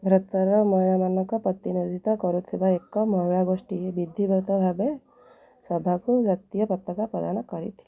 ଭାରତର ମହିଳାମାନଙ୍କ ପ୍ରତିନିଧିତ୍ୱ କରୁଥିବା ଏକ ମହିଳା ଗୋଷ୍ଠୀ ବିଧିବଦ୍ଧ ଭାବେ ସଭାକୁ ଜାତୀୟ ପତାକା ପ୍ରଦାନ କରିଥିଲେ